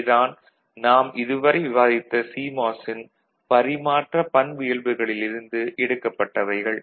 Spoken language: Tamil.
இவை தான் நாம் இதுவரை விவாதித்த சிமாஸ் ன் பறிமாற்ற பண்பியல்புகளிலிருந்து எடுக்கப்பட்டவைகள்